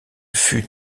fut